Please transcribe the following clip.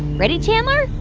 ready, chandler? i